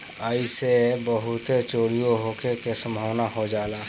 ऐइसे बहुते चोरीओ होखे के सम्भावना हो जाला